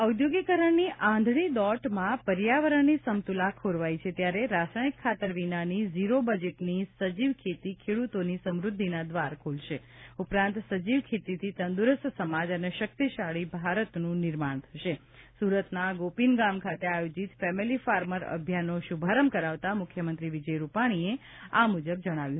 ઔદ્યોગીકરણની આંધળી દોટમાં પર્યાવરણની સમતુલા ખોરવાઈ છે ત્યારે રાસાયણિક ખાતર વિનાની ઝીરો બજેટની સજીવ ખેતી ખેડ્રતોની સમ્રદ્ધિના દ્વાર ખોલશે ઉપરાંત સજીવ ખેતીથી તંદ્રરસ્ત સમાજ અને શક્તિશાળી ભારતનું નિર્માણ થશે સુરતના ગોપીન ગામ ખાતે આયોજિત ફેમિલી ફાર્મર અભિયાનનો શુભારંભ કરાવતાં મુખ્યમંત્રી વિજય રૂપાણીએ આ મુજબ જણાવ્યું